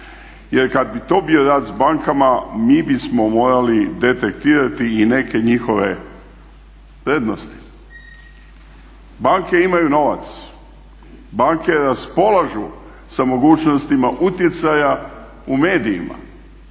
jer kad bi to bio rat s bankama mi bismo morali detektirati i neke njihove prednosti. Banke imaju novac, banke raspolažu sa mogućnostima utjecaja u medijima.